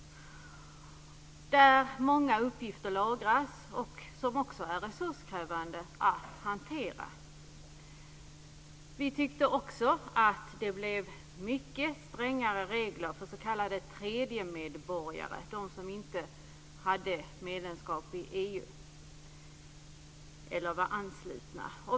Där lagras många uppgifter, som också är resurskrävande att hantera. Vi tyckte även att det blev mycket strängare regler för s.k. tredjemedborgare, de som inte har medlemskap i EU eller är anslutna.